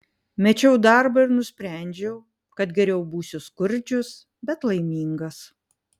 mečiau darbą ir nusprendžiau kad geriau būsiu skurdžius bet laimingas